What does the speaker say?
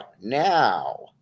Now